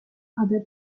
other